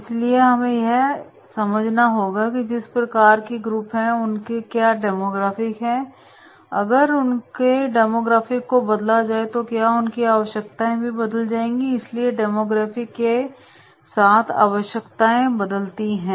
इसलिए हमें यह समझना होगा के जिस प्रकार की ग्रुप हैं उनके क्या डेमोग्राफिक है अगर उनके डेमोग्राफिक को बदला जाए तो क्या उनकी आवश्यकताएं भी बदल जाएंगीइसलिए डेमोग्राफिक के साथ अवायशक्ताएं बदलती हैं